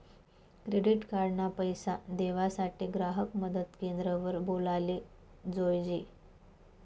credit card ना पैसा देवासाठे ग्राहक मदत क्रेंद्र वर बोलाले जोयजे